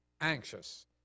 Anxious